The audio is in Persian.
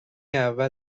اول